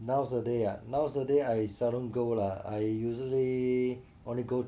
nowadays ah nowadays I seldom go lah I usually only go